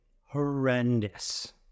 horrendous